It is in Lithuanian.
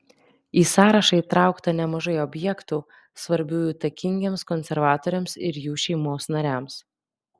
į sąrašą įtraukta nemažai objektų svarbių įtakingiems konservatoriams ir jų šeimos nariams